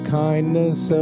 kindness